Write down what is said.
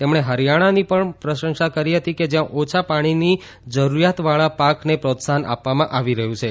તેમણે હરીયાણાની પણ પ્રશંસા કરી કે જયાં ઓછા પાણીની જરૂરીયાતવાળા પાકને પ્રોત્સાહન આપવામાં આવી રહયું છે